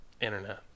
internet